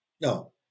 No